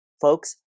folks